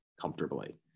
comfortably